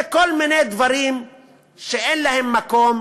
אלה כל מיני דברים שאין להם מקום,